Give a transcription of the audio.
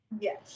Yes